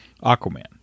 Aquaman